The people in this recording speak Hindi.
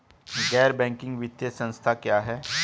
गैर बैंकिंग वित्तीय संस्था क्या है?